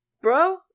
Bro